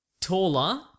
taller